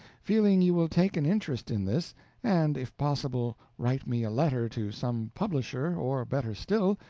feeling you will take an interest in this and if possible write me a letter to some publisher, or, better still,